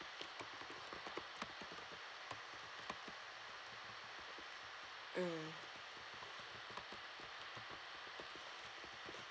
mm